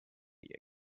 again